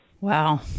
Wow